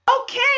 Okay